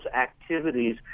activities